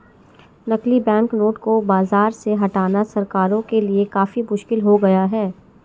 नकली बैंकनोट को बाज़ार से हटाना सरकारों के लिए काफी मुश्किल हो गया है